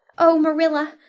oh, marilla,